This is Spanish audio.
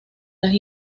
las